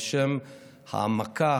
לשם העמקה,